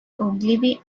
ogilvy